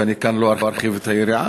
ואני לא ארחיב כאן את היריעה,